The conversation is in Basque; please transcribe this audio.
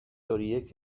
horiek